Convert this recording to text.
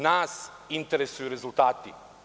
Nas interesuju rezultati.